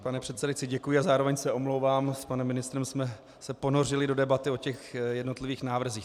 Pane předsedající, děkuji, a zároveň se omlouvám, s panem ministrem jsme se ponořili do debaty o těch jednotlivých návrzích.